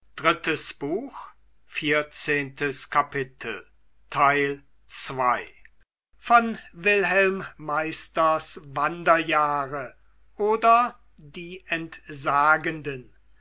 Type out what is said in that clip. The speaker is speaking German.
goethe wilhelm meisters wanderjahre oder die entsagenden